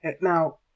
Now